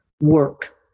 Work